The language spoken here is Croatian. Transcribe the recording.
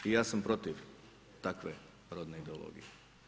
I ja sam protiv takve rodne ideologije.